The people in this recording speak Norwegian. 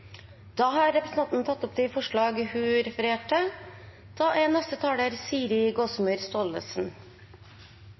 Da har representanten Karin Andersen tatt opp de forslagene hun refererte til. Det er